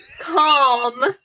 calm